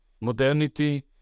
modernity